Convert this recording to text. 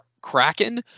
Kraken